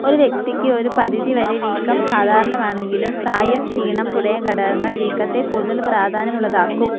ഒരു വ്യക്തിക്ക് ഒരു പരിധിവരെ വീക്കം സാധാരണമാണെങ്കിലും പ്രായം ക്ഷീണം തുടങ്ങിയ ഘടകങ്ങൾ വീക്കത്തെ കൂടുതൽ പ്രാധാന്യമുള്ളതാക്കും